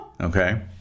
Okay